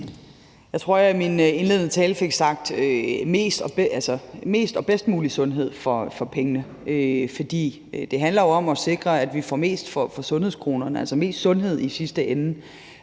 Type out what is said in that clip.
Jeg tror, at jeg i min indledende tale fik sagt mest og bedst mulig sundhed for pengene. For det handler jo om at sikre, at vi får mest for sundhedskronerne, altså mest sundhed i sidste ende